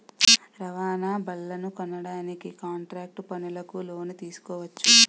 రవాణా బళ్లనుకొనడానికి కాంట్రాక్టు పనులకు లోను తీసుకోవచ్చు